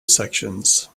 sections